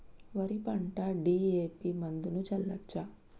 వరి పంట డి.ఎ.పి మందును చల్లచ్చా?